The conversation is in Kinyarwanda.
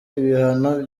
ibihano